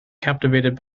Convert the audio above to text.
captivated